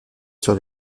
sur